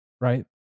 right